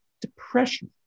depression